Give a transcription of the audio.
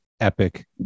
epic